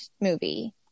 movie